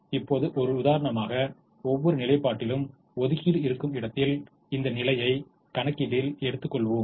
இப்போது ஒரு உதாரணமாக ஒவ்வொரு நிலைப்பாட்டிலும் ஒதுக்கீடு இருக்கும் இடத்தில் இந்த நிலையை கணக்கில் எடுத்துக்கொள்வோம்